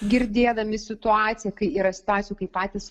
girdėdami situaciją kai yra situacijų kai patys